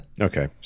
Okay